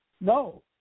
no